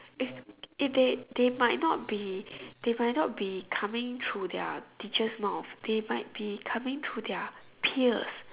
if if they they might not be they might not be coming through their teacher's mouth they might be coming through their peers